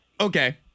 okay